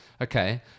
Okay